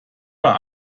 war